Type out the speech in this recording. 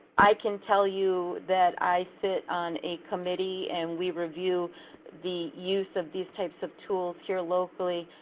i can tell you that i sit on a committee and we review the use of these types of tools here locally.